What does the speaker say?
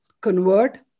convert